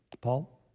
Paul